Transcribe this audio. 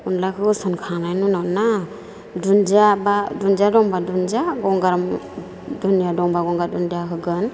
अनलाखौ होसनखांनायनि उनाव ना दुन्दिया बा दुन्दिया दंबा दुन्दिया गंगार दुन्दिया दंबा गंगार दुन्दिया होगोन